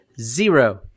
zero